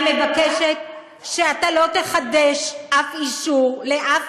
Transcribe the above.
אני מבקשת שאתה לא תחדש אף אישור לאף